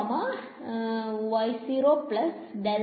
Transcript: അല്ലെ